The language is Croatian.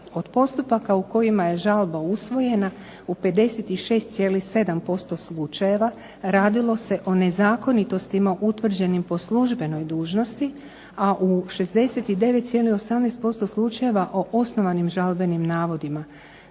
Od postupaka u kojima je žalba usvojena u 56,7% slučajeva radilo se o nezakonitostima utvrđenim po službenoj dužnosti, a u 69,18% slučajeva o osnovanim žalbenim navodima.